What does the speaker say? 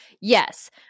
Yes